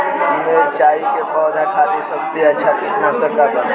मिरचाई के पौधा खातिर सबसे अच्छा कीटनाशक का बा?